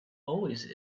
always